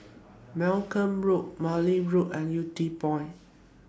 Malcolm Road Wilby Road and Yew Tee Point